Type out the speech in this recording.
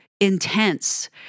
intense